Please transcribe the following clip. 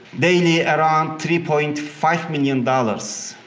daily around three point five million dollars